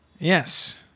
Yes